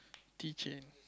teaching